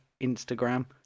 Instagram